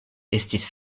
estis